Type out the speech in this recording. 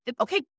Okay